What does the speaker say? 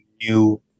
new